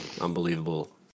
Unbelievable